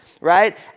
right